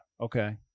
Okay